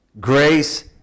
Grace